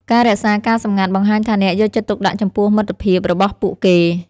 ការរក្សាការសម្ងាត់បង្ហាញថាអ្នកយកចិត្តទុកដាក់ចំពោះមិត្តភាពរបស់ពួកគេ។